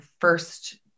first